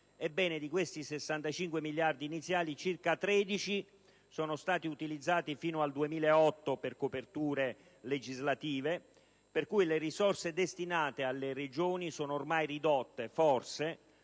Ebbene, di quei 65 miliardi iniziali, circa 13 miliardi sono stati utilizzati, fino al 2008, per la copertura di leggi, per cui le risorse destinate alle Regioni sono ormai ridotte, forse,